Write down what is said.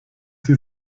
sie